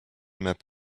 map